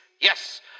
Yes